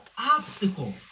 obstacle